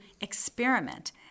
experiment